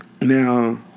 Now